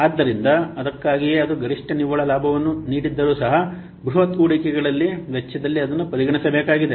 ಆದ್ದರಿಂದ ಅದಕ್ಕಾಗಿಯೇ ಅದು ಗರಿಷ್ಠ ನಿವ್ವಳ ಲಾಭವನ್ನು ನೀಡಿದ್ದರೂ ಸಹ ಬೃಹತ್ ಹೂಡಿಕೆಗಳ ವೆಚ್ಚದಲ್ಲಿ ಅದನ್ನು ಪರಿಗಣಿಸಬೇಕಾಗಿದೆ